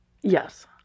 Yes